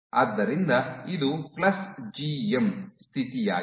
ಆದ್ದರಿಂದ ಇದು plus GM ಸ್ಥಿತಿಯಾಗಿದೆ